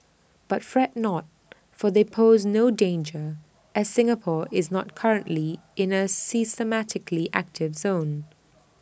but fret not for they pose no danger as Singapore is not currently in A seismically active zone